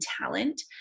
talent